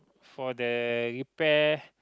for the repair